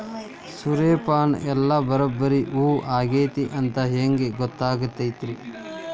ಸೂರ್ಯಪಾನ ಎಲ್ಲ ಬರಬ್ಬರಿ ಹೂ ಆಗೈತಿ ಅಂತ ಹೆಂಗ್ ಗೊತ್ತಾಗತೈತ್ರಿ?